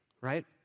right